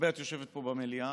את יושבת פה הרבה במליאה,